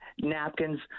Napkins